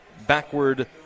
backward